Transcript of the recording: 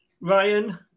Ryan